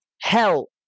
help